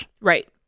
Right